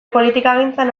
politikagintzan